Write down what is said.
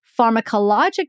Pharmacologic